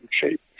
shape